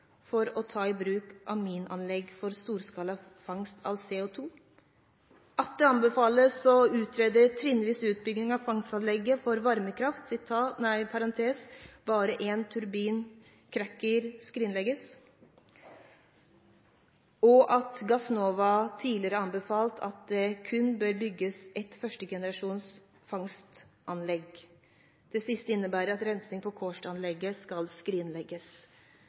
for å ta i bruk aminanlegg for storskala fangst av CO2, at det anbefales å utrede trinnvis utbygging av fangstanlegg for varmekraftverket , og at Gassnova tidligere har anbefalt at det kun bør bygges ett førstegenerasjons fangstanlegg. Det siste innebærer at rensing av Kårstø-anlegget skal skrinlegges.»